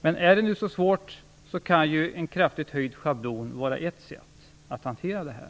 Men om det nu är så svårt, kan en kraftigt höjd schablon vara ett sätt att hantera detta.